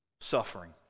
suffering